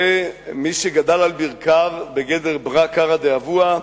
ומי שגדל על ברכיו, בגדר ברא כרעא דאבוה,